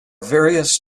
various